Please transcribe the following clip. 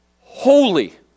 holy